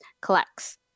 collects